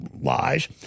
lies